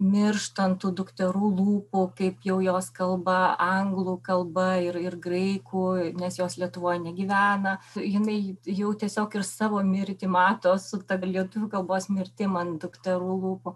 miršta ant tų dukterų lūpų kaip jau jos kalba anglų kalba ir ir graikų nes jos lietuvoj negyvena jinai jau tiesiog ir savo mirtį mato su ta lietuvių kalbos mirtim ant dukterų lūpų